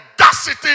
audacity